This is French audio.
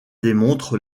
démontre